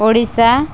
Odisha